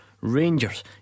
Rangers